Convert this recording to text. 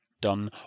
done